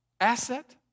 asset